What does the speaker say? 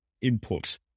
input